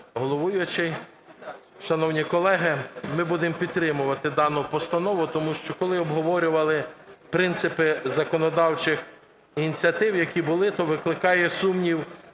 головуючий, шановні колеги, ми будемо підтримувати дану постанову, тому що, коли обговорювали принципи законодавчих ініціатив, які були, то викликає сумнів